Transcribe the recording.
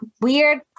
weird